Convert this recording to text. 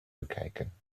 bekijken